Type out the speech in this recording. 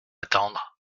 attendre